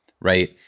right